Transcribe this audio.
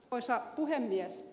arvoisa puhemies